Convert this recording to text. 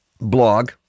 blog